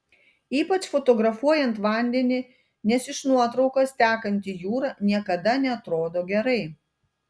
ypač fotografuojant vandenį nes iš nuotraukos tekanti jūra niekada neatrodo gerai